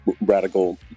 radical